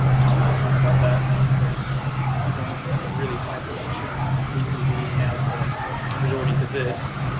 just wanna talk about that, since like, we're going from like a really high production weeklyvee now to like resorting to this,